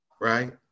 right